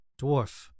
dwarf